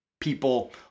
people